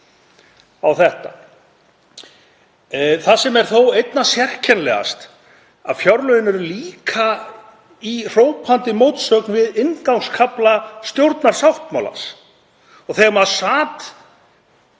á þetta. Það sem er þó einna sérkennilegast er að fjárlögin eru líka í hrópandi mótsögn við inngangskafla stjórnarsáttmálans. Þegar maður sat